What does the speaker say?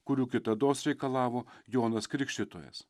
kurių kitados reikalavo jonas krikštytojas